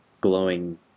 glowing